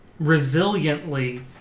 resiliently